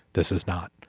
this is not.